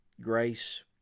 Grace